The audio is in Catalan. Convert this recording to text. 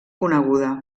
coneguda